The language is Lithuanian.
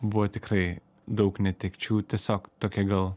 buvo tikrai daug netekčių tiesiog tokia gal